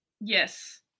Yes